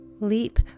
leap